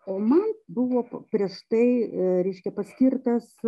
o man buvo prieš tai reiškia paskirtas